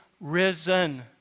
risen